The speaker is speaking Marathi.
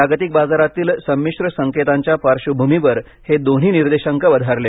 जागतिक बाजारातील संमिश्र संकेतांच्या पार्श्वभूमीवर हे दोन्ही निर्देशांक वधारले